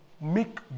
make